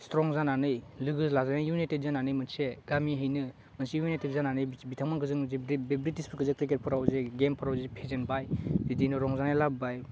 strong जानानै लोगो लाज्लाय इउनाइटेट जानानै मोनसे गामियैनो मोनसे इउनाइटेट जानानै बिथांमोनखौ जों बि बि बिट्रिसफोरखौ जे क्रिकेटफोराव जि गेमफोराव जि फेजेनबाय बिदिनो रंजानाय लाबोबाय